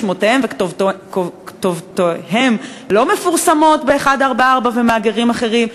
שמותיהם וכתובותיהם לא מפורסמים ב-144 ובמאגרים אחרים.